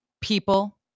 people